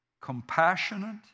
compassionate